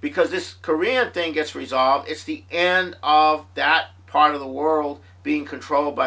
because this korea thing gets resolved if the and all of that part of the world being controlled by